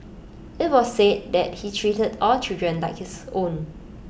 IT was said that he treated all children like his own